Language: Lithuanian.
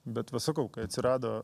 bet va sakau kai atsirado